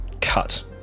cut